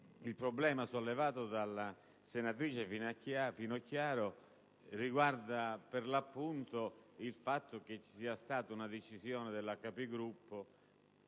il problema sollevato dalla senatrice Finocchiaro riguarda per l'appunto il fatto che ci sia stata una decisione della